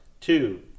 two